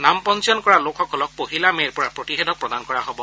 নাম পঞ্জীয়ন কৰা লোকসকলক পহিলা মে'ৰ পৰা প্ৰতিষেধক প্ৰদান কৰা হ'ব